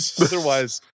Otherwise